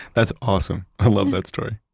that's awesome. i love that story